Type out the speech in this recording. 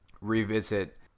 revisit